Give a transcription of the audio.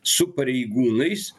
su pareigūnais